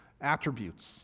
attributes